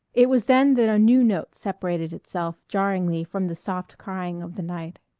it was then that a new note separated itself jarringly from the soft crying of the night.